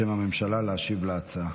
בשם הממשלה, להשיב על ההצעה.